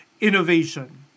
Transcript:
innovation